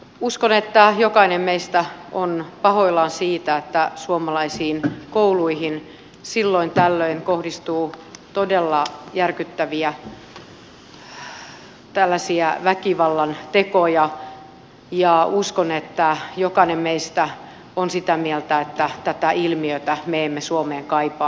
uskon että jokainen meistä on pahoillaan siitä että suomalaisiin kouluihin silloin tällöin kohdistuu todella järkyttäviä väkivallan tekoja ja uskon että jokainen meistä on sitä mieltä että tätä ilmiötä me emme suomeen kaipaa